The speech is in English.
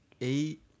eight